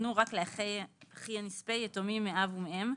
יינתנו רק לאחי הנספה יתומים מאב ומאם,